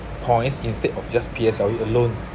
points instead of just P_S_L_E alone